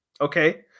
Okay